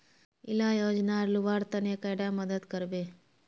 इला योजनार लुबार तने कैडा मदद करबे?